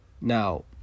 now